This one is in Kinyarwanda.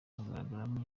hagaragaramo